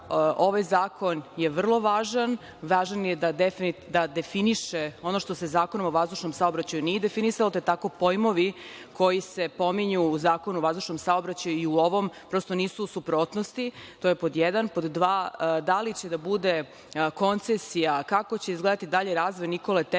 ovaj zakon je vrlo važan. Važan je da definiše ono što se Zakonom o vazdušnom saobraćaju nije definisalo. Te tako pojmovi, koji se pominju u Zakonu o vazdušnom saobraćaju i u ovom, prosto nisu u suprotnosti, to je pod jedan. Pod dva, da li će da bude koncesija, kako će izgledati dalji razvoj „Nikole